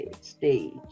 stage